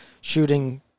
shooting